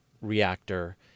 reactor